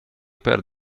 per